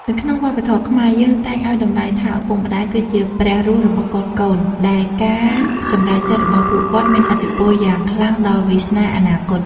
នៅក្នុងវប្បធម៌ខ្មែរ យើងតែងឱ្យតម្លៃថាឪពុកម្ដាយគឺជាព្រះរស់របស់កូនៗ ដែលការសម្រេចចិត្តរបស់ពួកគាត់មានឥទ្ធិពលយ៉ាងខ្លាំងដល់វាសនាអនាគត។